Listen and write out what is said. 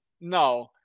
no